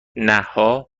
نها